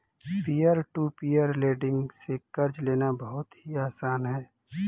peer to peer lending से कर्ज लेना बहुत ही आसान है